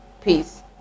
peace